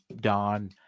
don